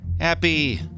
Happy